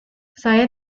saya